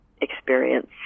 experience